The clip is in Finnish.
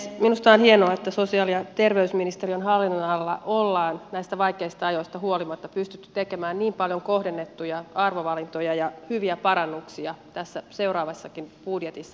minusta on hienoa että sosiaali ja terveysministeriön hallinnonalalla on näistä vaikeista ajoista huolimatta pystytty tekemään niin paljon kohdennettuja arvovalintoja ja hyviä parannuksia tässä seuraavassakin budjetissa